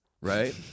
right